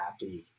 happy